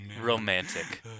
romantic